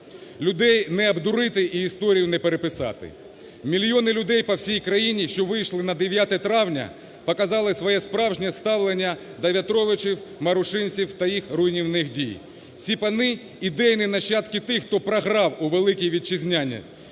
Людей не обдурити і історію не переписати. Мільйони людей по всій країні, що вийшли на 9 травня, показали своє справжнє ставлення до В'ятровичів, Марушинців та їх руйнівних дій. Ці пани – ідейні нащадки тих, хто програв у Великій Вітчизняній.